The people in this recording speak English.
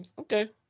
Okay